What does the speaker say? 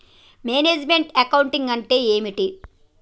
Manage meant account అంటే ఏమిటి?